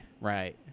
right